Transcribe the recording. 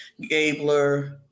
Gabler